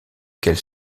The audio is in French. qu’elle